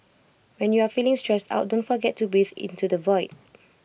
when you are feeling stressed out don't forget to breathe into the void